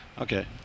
Okay